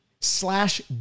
slash